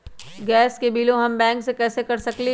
Gas के बिलों हम बैंक से कैसे कर सकली?